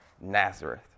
Nazareth